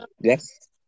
yes